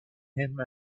him